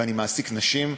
ואני מעסיק נשים,